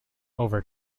over